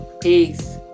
Peace